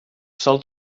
sol